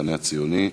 מהמחנה הציוני.